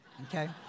Okay